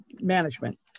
management